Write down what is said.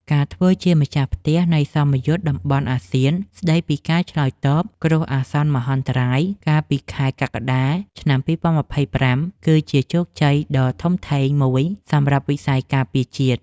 ការធ្វើជាម្ចាស់ផ្ទះ នៃសមយុទ្ធតំបន់អាស៊ានស្តីពីការឆ្លើយតបគ្រោះអាសន្នមហន្តរាយ កាលពីខែកក្កដា ឆ្នាំ ២០២៥ គឺជាជោគជ័យដ៏ធំធេងមួយសម្រាប់វិស័យការពារជាតិ។